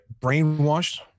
Brainwashed